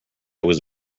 was